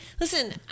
Listen